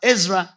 Ezra